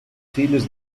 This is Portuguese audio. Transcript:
filhos